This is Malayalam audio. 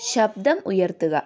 ശബ്ദം ഉയർത്തുക